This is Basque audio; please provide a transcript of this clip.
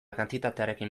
kantitatearekin